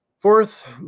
Fourth